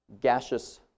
gaseous